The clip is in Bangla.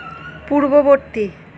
পূর্ববর্তী